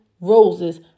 roses